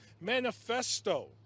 manifesto